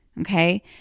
Okay